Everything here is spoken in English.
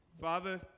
Father